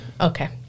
Okay